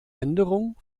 änderung